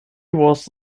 was